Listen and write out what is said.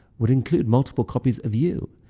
would include multiple copies of you.